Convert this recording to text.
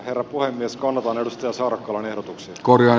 rapua myös kanavan edustaja sarkolan ehdotuksen korjaa